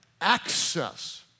access